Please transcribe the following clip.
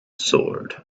sword